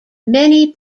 many